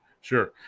Sure